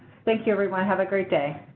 thank you everyone. have a great day.